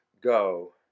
go